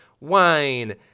wine